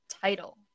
title